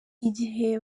igihe